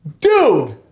Dude